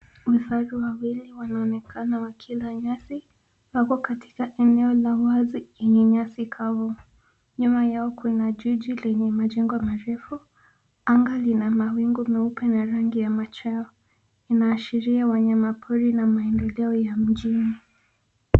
Vifaru wawili wanaonekana wakila nyasi. Hapo katikati eneo la wazi yenye nyasi kavu. Nyuma yao kuna jiji lenye majengo marefu. Anga lina mawingu meupe ya rangi ya machweo. Inaashiria wanyama pori na maendeleo ya mjini.